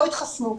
לא התחסנו.